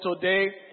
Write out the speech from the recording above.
today